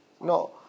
No